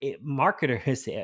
Marketers